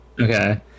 okay